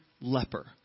leper